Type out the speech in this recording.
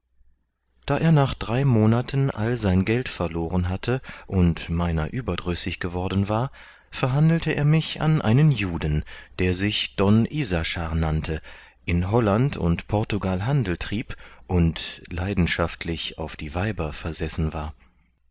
da er nach drei monaten all sein geld verloren hatte und meiner überdrüssig geworden war verhandelte er mich an einen juden der sich don isaschar nannte in holland und portugal handel trieb und leidenschaftlich auf die weiber versessen war